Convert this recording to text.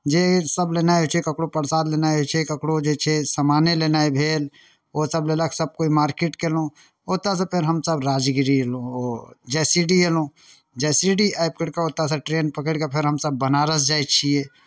जेसभ लेनाइ होइ छै ककरो प्रसाद लेनाइ होइ छै ककरो जे छै सामाने लेनाइ भेल ओसभ लेलक सभकोइ मार्केट कयलहुँ ओतयसँ फेर हमसभ राजगिरि अयलहुँ जसीडीह अयलहु जसीडीह आबि करि कऽ ओतयसँ ट्रेन पकड़ि कऽ फेर हमसभ बनारस जाइ छियै